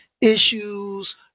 issues